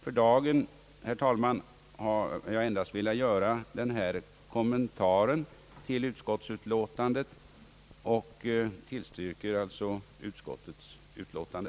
För dagen, herr talman, har jag endast velat göra denna kommentar till utskottsutlåtandet och tillstyrker alltså utskottets utlåtande.